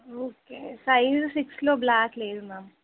okay size సిక్స్లో black లేదు ma'am